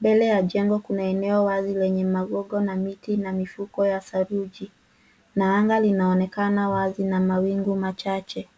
Mbele ya jengo kuna eneo wazi lenye magogo ya miti na mifuko ya saruji, na anga linaonekana wazi na mawingu machache.